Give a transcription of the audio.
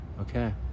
Okay